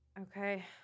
Okay